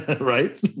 Right